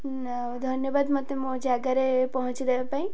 ଆଉ ଧନ୍ୟବାଦ ମୋତେ ମୋ ଜାଗାରେ ପହଞ୍ଚିଦବା ପାଇଁ